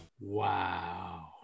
Wow